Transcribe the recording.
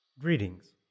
Greetings